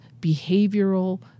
behavioral